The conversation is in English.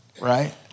right